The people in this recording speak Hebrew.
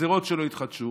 הגזרות שלו התחדשו.